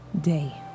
day